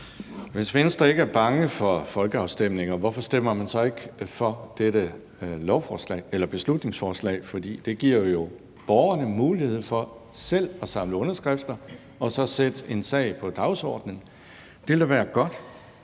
Venstre ikke er bange for folkeafstemninger, hvorfor stemmer man så ikke for dette beslutningsforslag? For det giver jo borgerne mulighed for selv at samle underskrifter og så sætte en sag på dagsordenen. Det ville da være godt.